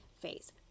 phase